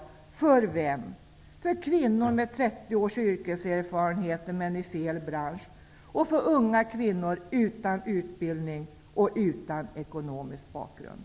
Gäller detta för kvinnor med 30 års yrkeserfarenhet, men i fel bransch, eller gäller detta för unga kvinnor utan utbildning och utan god ekonomisk bakgrund?